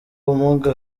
ubumuga